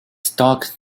stuck